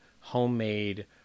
homemade